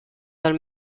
dal